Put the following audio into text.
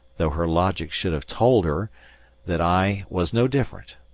though her logic should have told her that i was no different.